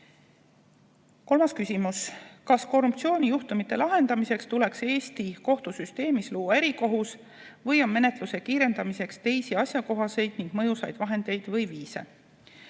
Kolmas küsimus: "Kas korruptsioonijuhtumite lahendamiseks tuleks Eesti kohtusüsteemis luua erikohus või on menetluse kiirendamiseks teisi asjakohaseid ning mõjusaid vahendeid või viise?"